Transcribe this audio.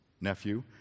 nephew